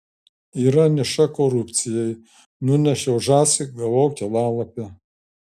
yra niša korupcijai nunešiau žąsį gavau kelialapį